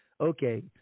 Okay